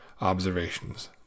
observations